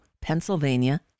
Pennsylvania